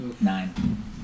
Nine